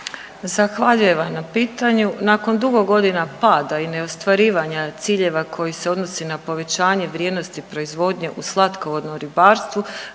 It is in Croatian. Zahvaljujem vam na pitanju. Nakon dugo godina pada i neostvarivanja ciljeva koji se odnosi na povećanje vrijednosti proizvodnje u slatkovodnom ribarstvu